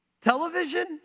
Television